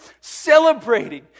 celebrating